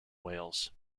wales